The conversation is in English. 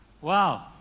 Wow